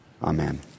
Amen